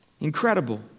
Incredible